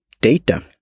data